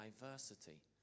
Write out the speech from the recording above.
diversity